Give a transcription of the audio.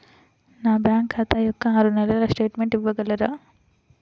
నా బ్యాంకు ఖాతా యొక్క ఆరు నెలల స్టేట్మెంట్ ఇవ్వగలరా?